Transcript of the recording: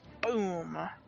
Boom